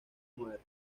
modernos